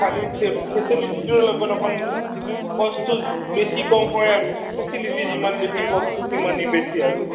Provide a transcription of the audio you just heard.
খালি ফেচেলিটিটোৰ লগত অকন কস্তটো বেছি কম হয় আৰু ফেচেলিটি যিমান বেছি কস্তটো সিমানে বেছি আৰু